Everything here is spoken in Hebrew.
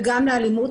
וגם לאלימות.